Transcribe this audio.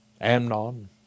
Amnon